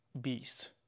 beast